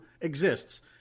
exists